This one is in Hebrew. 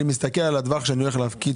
מסתכל על הטווח שאני מפקיד,